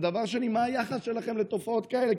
ודבר שני, מה היחס שלכם לתופעות כאלה?